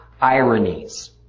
ironies